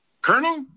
Colonel